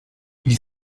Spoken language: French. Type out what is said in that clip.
ils